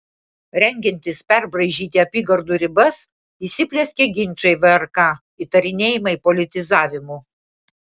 rengiantis perbraižyti apygardų ribas įsiplieskė ginčai vrk įtarinėjimai politizavimu